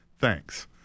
Thanks